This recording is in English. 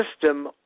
system